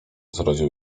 zrodził